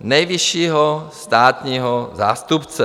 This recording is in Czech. nejvyššího státního zástupce.